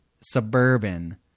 suburban